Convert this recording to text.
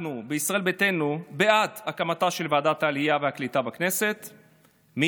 אנחנו בישראל ביתנו בעד הקמתה של ועדת העלייה והקליטה בכנסת מייד,